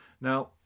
Now